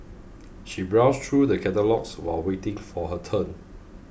she browsed through the catalogues while waiting for her turn